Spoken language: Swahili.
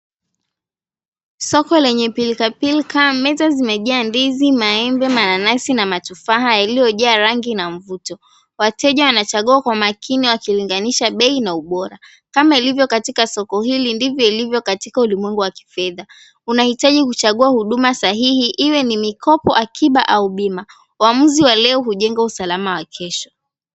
Soko lenye pilikapilika, meza zimejaa ndizi, maembe, mananasi na matufaha yaliyojaa rangi na mvuto. Wateja wanachagua kwa makini wakilinganisha bei na ubora. Kama ilivyo katika soko hili ndivyo ilivyo katika ulimwengu wa kifedha. Unahitaji kuchagua huduma sahihi iwe ni mikopo akiba au bima. Uamuzi wa leo hujenga usalama wa kesho.